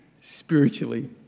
spiritually